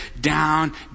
down